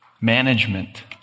management